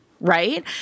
Right